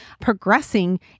progressing